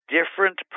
different